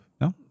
No